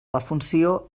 defunció